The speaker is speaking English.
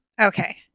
Okay